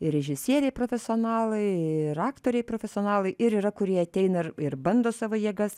ir režisieriai profesionalai ir aktoriai profesionalai ir yra kurie ateina ir ir bando savo jėgas